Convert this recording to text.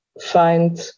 find